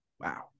Wow